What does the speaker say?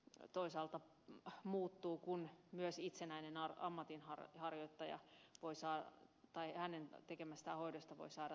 ja toisaalta pah muuttuu kun myös itsenäisen ammatinharjoittajan tekemästä hoidosta voi saada tämän korvauksen